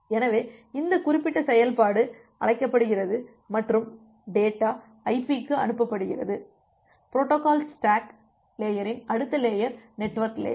எனவே இந்த குறிப்பிட்ட செயல்பாடு அழைக்கப்படுகிறது மற்றும் டேட்டா ஐபிக்கு அனுப்பப்படுகிறது பொரோட்டோகால் ஸ்டாக் லேயரின் அடுத்த லேயர் நெட்வொர்க் லேயர்